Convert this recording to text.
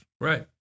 Right